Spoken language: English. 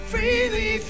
Freely